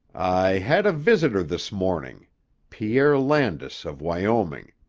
i had a visitor this morning pierre landis, of wyoming.